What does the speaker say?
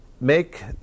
make